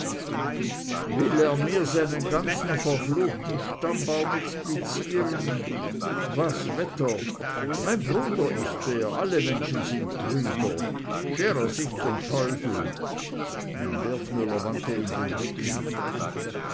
will er mir seinen ganzen verfluchten stammbaum explizieren was vetter mein bruder ist er alle menschen sind brüder scher er sich zum teufel und wertmüller wandte ihm den rücken